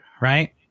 right